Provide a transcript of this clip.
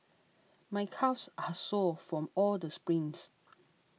my calves are sore from all the sprints